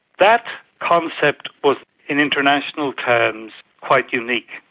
that concept was in international terms quite unique,